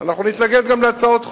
אנחנו נתנגד גם להצעות חוק.